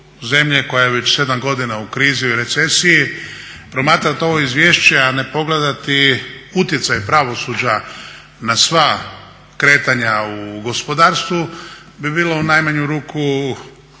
koja je već 7 godina u krizi, u recesiji, promatrat ovo izvješće a ne pogledati utjecaj pravosuđa na sva kretanja u gospodarstvu bi bilo u najmanju ruku neozbiljno